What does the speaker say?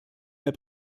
herr